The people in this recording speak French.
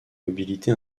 mobilité